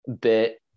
bit